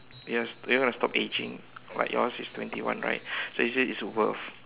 yes you want to stop aging like yours is twenty one right so is it it's worth